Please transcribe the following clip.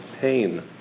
pain